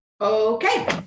okay